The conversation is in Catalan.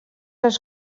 els